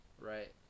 right